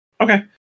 okay